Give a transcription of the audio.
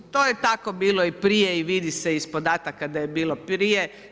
To je tako bilo i prije i vidi se iz podataka da je bilo prije.